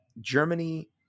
Germany